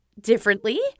differently